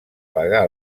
pagar